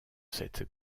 cette